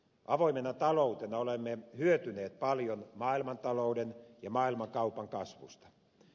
avoimena taloutena olemme hyötyneet paljon maailmantalouden ja maailmankaupan kasvusta